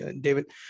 David